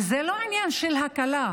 וזה לא עניין של הקלה,